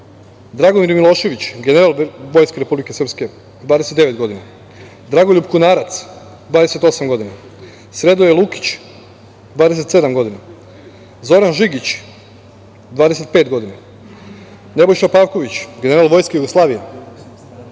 Dragomir Milošević, general Vojske Republike Srpske – 29 godina, Dragoljub Kunarac – 28 godina, Sredoje Lukić – 27 godina, Zoran Žigić – 25 godina, Nebojša Pavković, general Vojske Jugoslavije